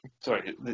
sorry